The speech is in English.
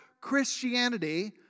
Christianity